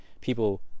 people